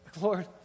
Lord